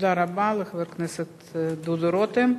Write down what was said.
תודה רבה לחבר הכנסת דודו רותם.